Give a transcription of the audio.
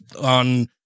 on